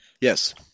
Yes